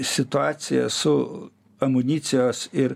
situacija su amunicijos ir